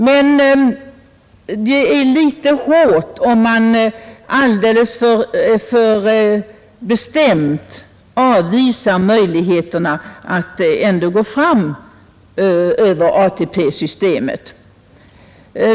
Men det är litet hårt om man alldeles för bestämt avvisar möjligheterna att ändå gå fram över ATP-systemet.